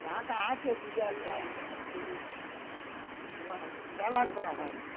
রাখা আছে দুটো একটা কিন্তু ও আর ব্যবহার করা হয় না